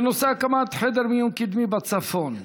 בנושא הקמת חדר מיון קדמי בצפון.